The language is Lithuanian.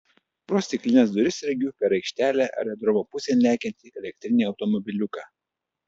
pro stiklines duris regiu per aikštelę aerodromo pusėn lekiantį elektrinį automobiliuką